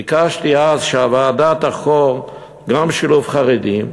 ביקשתי אז שהוועדה תחקור גם שילוב חרדים,